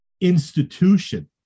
institution